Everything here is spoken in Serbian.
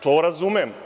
To razumem.